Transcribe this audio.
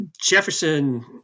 Jefferson